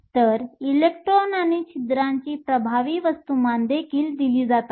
तर इलेक्ट्रॉन आणि छिद्रांची प्रभावी वस्तुमान देखील दिली जातात